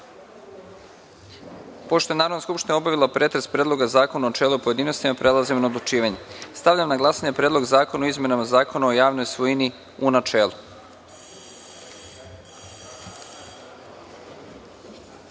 je Narodna skupština obavila pretres Predloga zakona u načelu i u pojedinostima, prelazimo na odlučivanje. Stavljam na glasanje Predlog zakona o izmenama Zakona o javnoj svojini, u načelu. Molim